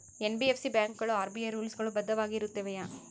NBFC ಬ್ಯಾಂಕುಗಳು RBI rules ಗಳು ಬದ್ಧವಾಗಿ ಇರುತ್ತವೆಯ?